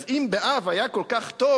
אז אם באב היה כל כך טוב,